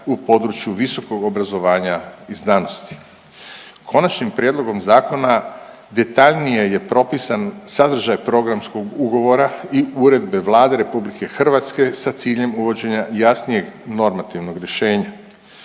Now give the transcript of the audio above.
u području visokog obrazovanja i znanosti. Konačnim prijedlogom zakona detaljnije je propisan sadržaj programskog ugovora i uredbe Vlade RH sa ciljem uvođenja jasnijeg normativnog rješenja.